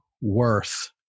worth